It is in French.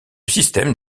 système